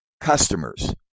Customers